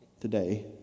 today